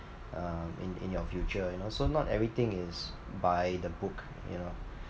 um in in your future you know so not everything is by the book you know